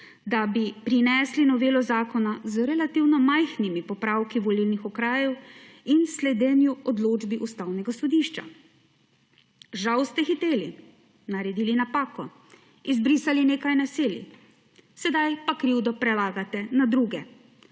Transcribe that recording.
da bi prinesli novelo zakona z relativno majhnimi popravki volilnih okrajev in sledenju odločbi Ustavnega sodišča. Žal te hiteli, naredili napako, izbrisali nekaj naselij, sedaj pa krivdo prelagate na druge.